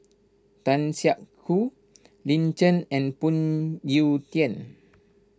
Tan Siak Kew Lin Chen and Phoon Yew Tien